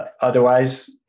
otherwise